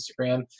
Instagram